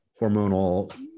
hormonal